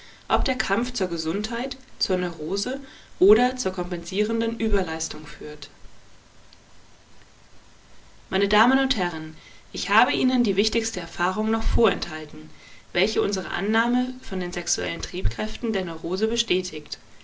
ob der kampf zur gesundheit zur neurose oder zur kompensierenden überleistung führt meine damen und herren ich habe ihnen die wichtigste erfahrung noch vorenthalten welche unsere annahme von den sexuellen triebkräften der neurose bestätigt